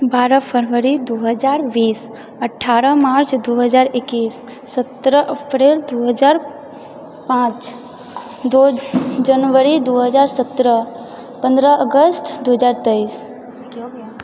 बारह फरवरी दू हजार बीस अठ्ठारह मार्च दू हजार एकैस सत्रह अप्रिल दू हजार पाँच दु जनवरी दू हजार सत्रह पन्द्रह अगस्त दू हजार तेइस